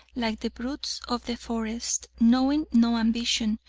like the brutes of the forest, knowing no ambition,